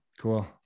cool